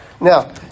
Now